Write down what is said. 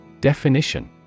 Definition